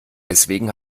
deswegen